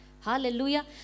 Hallelujah